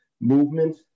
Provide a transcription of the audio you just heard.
movement